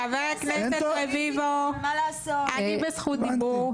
חבר הכנסת רביבו, אני בזכות דיבור.